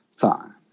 time